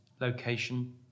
location